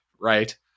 Right